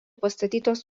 pastatytos